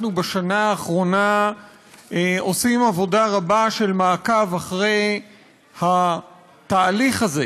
אנחנו בשנה האחרונה עושים עבודה רבה של מעקב אחרי התהליך הזה,